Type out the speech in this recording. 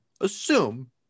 assume